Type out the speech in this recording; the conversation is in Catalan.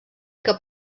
que